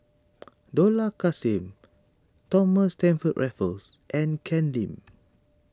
Dollah Kassim Thomas Stamford Raffles and Ken Lim